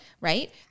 right